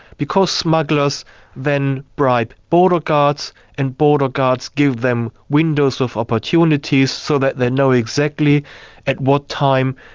because smugglers then bribe border guards and border guards give them windows of opportunity, so that they know exactly at what time,